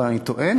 אבל אני טוען,